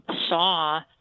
saw